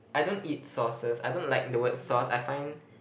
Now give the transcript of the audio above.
I don't eat sauces I don't like the word sauce I find